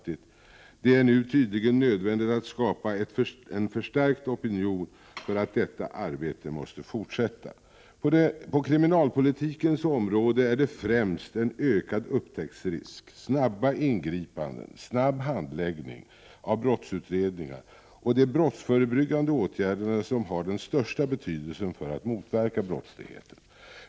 Det är nu tydligen nödvändigt att skapa en förstärkt opinion för att detta arbete måste fortsätta. På kriminalpolitikens område är det främst en ökad upptäcktsrisk, snabba ingripanden, snabb handläggning av brottsutredningar och de brottsförebyggande åtgärderna som har den största betydelsen för att motverka brottsligheten.